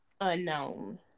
unknown